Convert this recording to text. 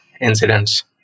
incidents